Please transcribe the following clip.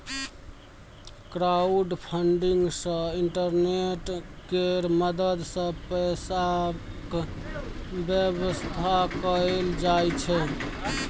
crowdfunding सँ internet केर मदद सँ पैसाक बेबस्था कएल जाइ छै